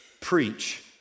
preach